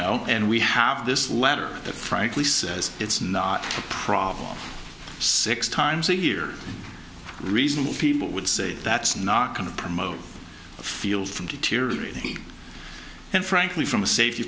know and we have this letter that frankly says it's not a problem six times a year reasonable people would say that's not going to promote the field from deteriorating and frankly from a safety